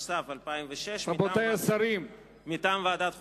התשס"ו 2006. מטעם ועדת החוקה,